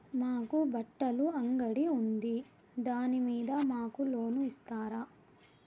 మాకు బట్టలు అంగడి ఉంది దాని మీద మాకు లోను ఇస్తారా